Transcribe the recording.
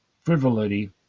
frivolity